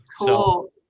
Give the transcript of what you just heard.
Cool